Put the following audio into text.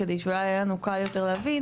כדי שאולי יהיה לנו קל יותר להבין.